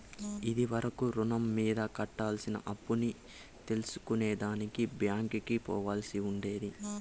ఇది వరకు రుణం మీద కట్టాల్సిన అప్పుని తెల్సుకునే దానికి బ్యాంకికి పోవాల్సి ఉండేది